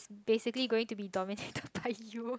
basically going to be dominical by you